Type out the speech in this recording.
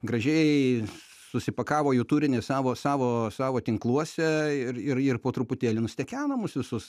gražiai susipakavo jų turinį savo savo savo tinkluose ir ir ir po truputėlį nustekeno mus visus